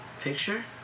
picture